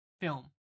film